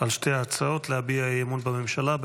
על שתי ההצעות להביע אי-אמון בממשלה.